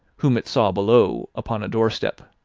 whom it saw below, upon a door-step.